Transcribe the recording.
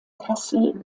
kassel